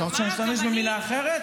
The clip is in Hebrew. אתה רוצה שאני אשתמש במילה אחרת?